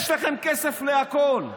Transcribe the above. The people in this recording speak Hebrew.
יש לכם כסף להכול,